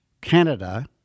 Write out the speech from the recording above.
Canada